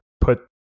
put